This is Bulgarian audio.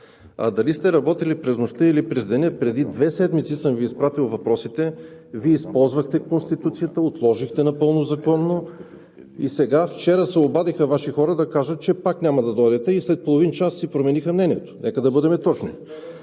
А дали сте работили през нощта или през деня, преди две седмици съм Ви изпратил въпросите, Вие използвахте Конституцията, отложихте напълно законно. Вчера се обадиха Ваши хора да кажат, че пак няма да дойдете и след половин час си промениха мнението. Нека да бъдем точни.